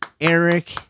Eric